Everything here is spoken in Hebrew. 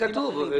כך כתוב.